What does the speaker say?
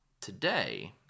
today